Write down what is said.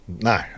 no